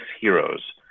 heroes